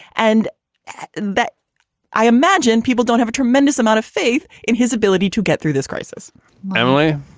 and that i imagine people don't have a tremendous amount of faith in his ability to get through this crisis emily,